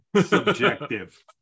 subjective